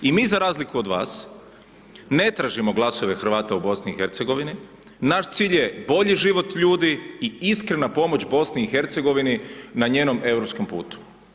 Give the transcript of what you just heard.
I mi za razliku od vas, ne tražimo glasove Hrvata u BIH, naš cilj je bolji život ljudi i iskrena pomoć BIH na njenom europskom putu.